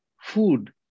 food